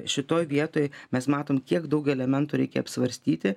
šitoj vietoj mes matom kiek daug elementų reikia apsvarstyti